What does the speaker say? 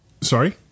sorry